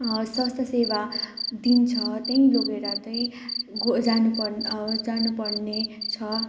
स्वास्थ्य सेवा दिन्छ त्यही लगेर त्यही गो जानु पर्ने जानु पर्ने छ